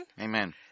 Amen